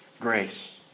grace